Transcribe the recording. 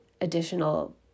additional